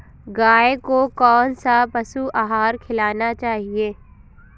गाय को कौन सा पशु आहार खिलाना चाहिए?